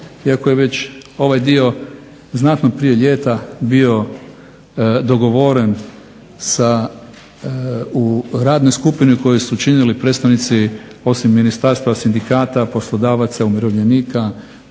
iako je već ovaj dio znatno prije ljeta bio dogovoren sa, u radnoj skupini koju su činili predstavnici osim ministarstva, sindikata, poslodavaca, umirovljenika,